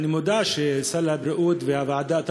אני מודע לכך שאתה לא מתערב בסל הבריאות,